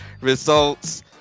Results